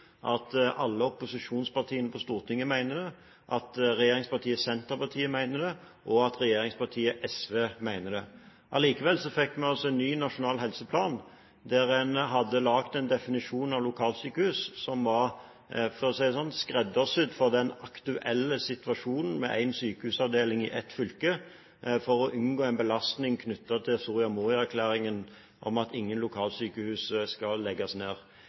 og alle opposisjonspartiene på Stortinget mener det, regjeringspartiet Senterpartiet mener det, og regjeringspartiet SV mener det. Likevel fikk vi altså en ny nasjonal helseplan der en hadde laget en definisjon av lokalsykehus som, for å si det slik, var skreddersydd for den aktuelle situasjonen, med én sykehusavdeling i ett fylke for å unngå en belastning knyttet til det som står i Soria Moria-erklæringen, at ingen lokalsykehus skal legges ned.